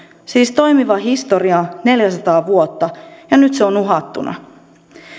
siis toimiva historia neljäsataa vuotta ja nyt se on uhattuna